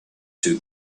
two